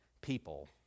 people